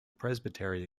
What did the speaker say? presbytery